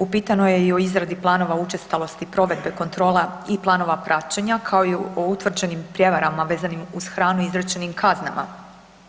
Upitano je i o izradi planova učestalosti provedbe kontrola i planova praćenja, kao i o utvrđenim prijevarama vezanim uz hranu izrečenim kaznama,